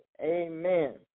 Amen